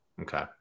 Okay